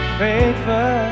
faithful